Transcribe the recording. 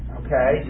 okay